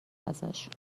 ازشون